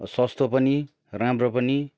सस्तो पनि राम्रो पनि